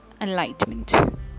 enlightenment